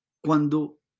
cuando